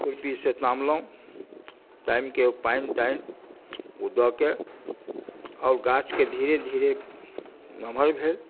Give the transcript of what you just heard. खुरपीसँ तामलहुँ तामि कऽ पानि तानि ओ दऽ कऽ आओर गाछके धीरे धीरे नमहर भेल